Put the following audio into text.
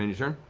and turn?